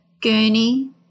gurney